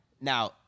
Now –